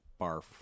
Barf